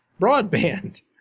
Broadband